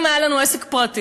אם היה לנו עסק פרטי,